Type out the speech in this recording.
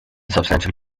substantial